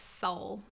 soul